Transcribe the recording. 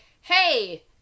hey